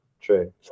true